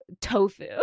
tofu